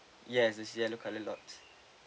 yes is yellow colour lots